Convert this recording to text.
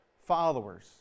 Followers